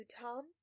Tom